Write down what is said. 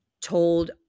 told